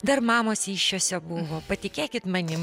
dar mamos įsčiose buvo patikėkit manim